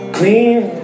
Clean